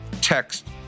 text